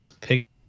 pick